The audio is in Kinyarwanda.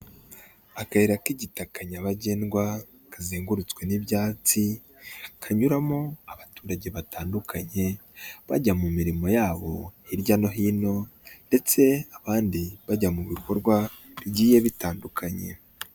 Akayira k'igitaka nyabagendwa kazengurutswe n'ibyatsi kanyuramo abaturage batandukanye bajya mu mirimo yabo hirya no hino ndetse abandi bajya mu bikorwa bigiye bitandukanye